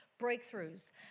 breakthroughs